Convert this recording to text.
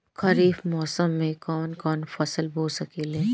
खरिफ मौसम में कवन कवन फसल बो सकि ले?